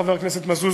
חבר הכנסת מזוז,